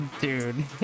dude